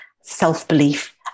self-belief